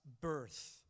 birth